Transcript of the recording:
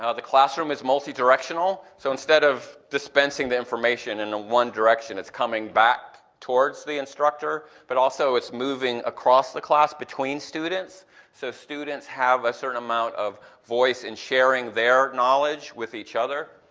um the classroom is multi-directional, so instead of dispensing the information in one direction it's coming back towards the instructor, but also it's moving across the class between students so students have a certain amount of voice in sharing their knowledge with each other.